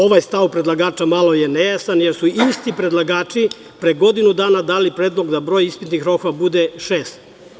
Ovaj stav predlagača malo je nejasan, jer su isti predlagači pre godinu dana dali predlog da broj ispitnih rokova bude šest.